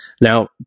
Now